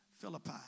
Philippi